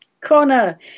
Connor